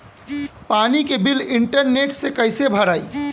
पानी के bill internet से कइसे भराई?